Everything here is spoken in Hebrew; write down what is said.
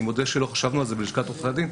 אני מודה שלא חשבנו על זה בלשכת עורכי הדין.